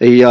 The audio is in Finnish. ja